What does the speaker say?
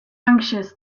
anxious